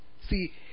See